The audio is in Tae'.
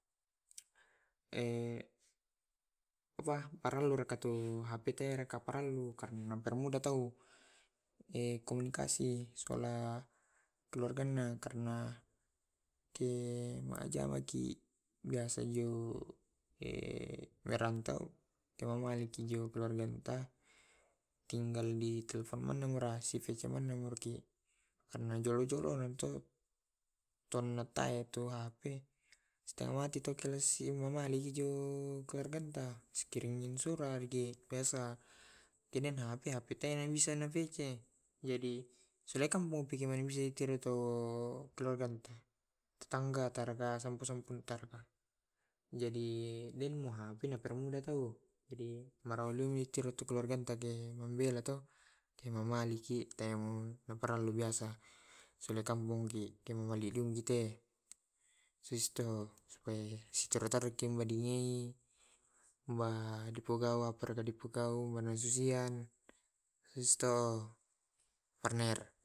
Apa parellu rakatu hape te kapa parellu karena na permuda tau, komunikasi sekolah keluargana karna ke majamaki biasa yo merantau kemamaliki jo keluarganta tinggal ditelfon sivic mani ki joro joro tonnuttaete hp sitenga mate dikeluargata sikirimi surat biasa. Kene hp bisa ni vc jadi sulakan tong keluarganta tetangga sampu sampunta jadi dena jadi malau keluaganta mabela to kemamaliki te parellu biasa sulai kampomgki ko melli dungi ki te siste sitarru tarruki we dingei ma susian sisto parner.